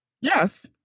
yes